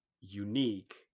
unique